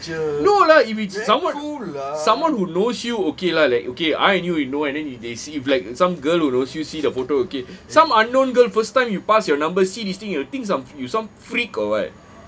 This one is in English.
no lah if it's someone someone who knows you okay lah like okay I and you know then they see you like some girl who knows you see the photo okay some unknown girl first time you pass your number see this thing thinks you some freak or what